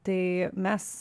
tai mes